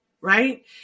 right